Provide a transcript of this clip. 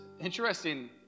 interesting